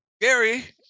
Gary